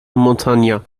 montagnat